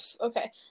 Okay